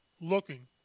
looking